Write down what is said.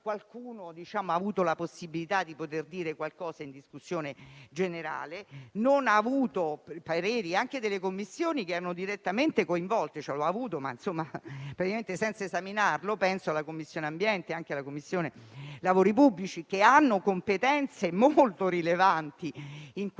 qualcuno ha avuto la possibilità di dire qualcosa in discussione generale. Il provvedimento non ha avuto i pareri anche delle Commissioni che erano direttamente coinvolte; l'ha avuto, in realtà, ma praticamente senza esaminarlo. Penso alla Commissione ambiente e anche alla Commissione lavori pubblici, che hanno competenze molto rilevanti sui